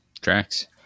tracks